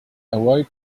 awoke